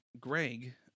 Greg